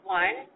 one